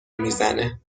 میزنه